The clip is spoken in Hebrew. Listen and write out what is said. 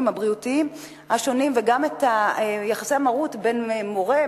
הבריאותיים השונים וגם את יחסי המרות בין מורה,